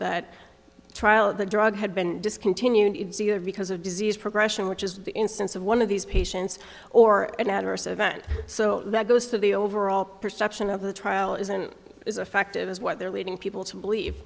that trial the drug had been discontinued because of disease progression which is the instance of one of these patients or an adverse event so that goes to the overall perception of the trial isn't as effective as what they're leading people to believe